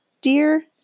dear